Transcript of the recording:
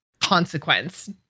consequence